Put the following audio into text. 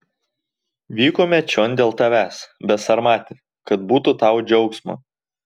vykome čion dėl tavęs besarmati kad būtų tau džiaugsmo